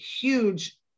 huge